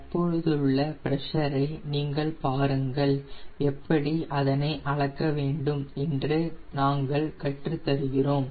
தற்போதுள்ள பிரஷரை நீங்கள் பாருங்கள் எப்படி அதனை அளக்கவேண்டும் என்று நாங்கள் கற்றுத்தருகிறோம்